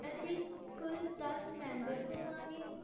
ਅਸੀਂ ਕੁੱਲ ਦਸ ਮੈਂਬਰ ਹੋਵਾਂਗੇ